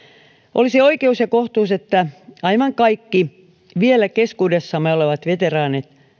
olisi oikeus ja kohtuus että aivan kaikki vielä keskuudessamme olevat veteraanit